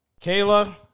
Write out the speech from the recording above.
Kayla